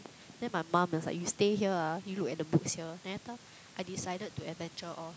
then my mum was like you stay here ah you look at the books here then later I decided to adventure off